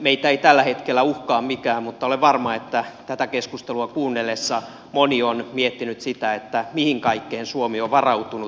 meitä ei tällä hetkellä uhkaa mikään mutta olen varma että tätä keskustelua kuunnellessaan moni on miettinyt sitä mihin kaikkeen suomi on varautunut